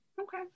Okay